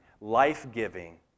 life-giving